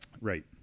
Right